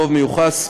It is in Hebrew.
רוב מיוחס),